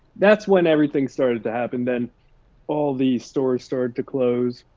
that's when everything started to happen. then all the stores started to close.